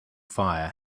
fire